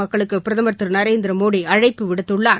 மக்களுக்கு பிரதமர் திரு நரேந்திரமோடி அழைப்பு விடுத்துள்ளார்